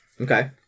Okay